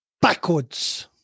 backwards